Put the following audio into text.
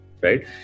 right